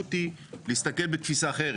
החשיבות היא להסתכל בתפיסה אחרת.